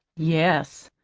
yes.